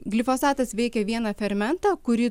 glifosatas veikia vieną fermentą kurį